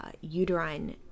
uterine